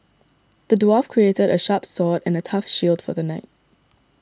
the dwarf crafted a sharp sword and a tough shield for the knight